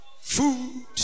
food